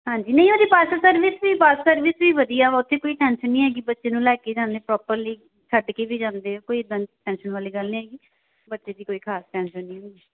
ਹਾਂਜੀ ਨਹੀਂ ਉਹਦੀ ਬੱਸ ਸਰਵਿਸ ਵੀ ਬੱਸ ਸਰਵਿਸ ਵੀ ਵਧੀਆ ਵਾ ਉੱਥੇ ਕੋਈ ਟੈਂਸ਼ਨ ਨਹੀਂ ਹੈਗੀ ਬੱਚੇ ਨੂੰ ਲੈ ਕੇ ਜਾਂਦੇ ਪ੍ਰੋਪਰਲੀ ਛੱਡ ਕੇ ਵੀ ਜਾਂਦੇ ਆ ਕੋਈ ਇੱਦਾਂ ਦੀ ਟੈਂਸ਼ਨ ਵਾਲੀ ਗੱਲ ਨਹੀਂ ਹੈਗੀ ਬੱਚੇ ਦੀ ਕੋਈ ਖਾਸ ਟੈਂਸ਼ਨ ਨਹੀਂ